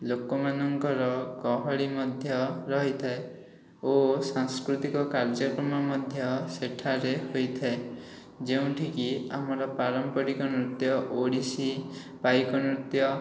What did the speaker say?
ଲୋକମାନଙ୍କର ଗହଳି ମଧ୍ୟ ରହିଥାଏ ଓ ସାଂସ୍କୃତିକ କାର୍ଯ୍ୟକ୍ରମ ମଧ୍ୟ ସେଠାରେ ହୋଇଥାଏ ଯେଉଁଠିକି ଆମର ପାରମ୍ପରିକ ନୃତ୍ୟ ଓଡ଼ିଶୀ ପାଇକ ନୃତ୍ୟ